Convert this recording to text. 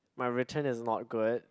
my written is not good